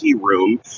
room